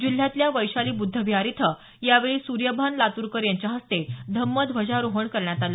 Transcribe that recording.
जिल्ह्यातल्या वैशाली बुद्धविहार इथं यावेळी सूर्यभान लातूरकर यांच्या हस्ते धम्म ध्वजारोहण करण्यात आलं